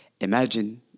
Imagine